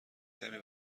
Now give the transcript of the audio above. کمی